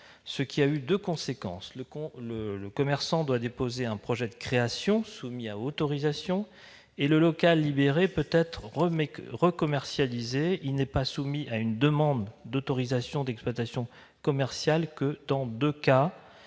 ce qui a entraîné deux conséquences. D'abord, le commerçant doit déposer un projet de création soumis à autorisation. Ensuite, le local libéré peut être commercialisé de nouveau sans être soumis à une demande d'autorisation d'exploitation commerciale, sauf dans deux cas